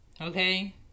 Okay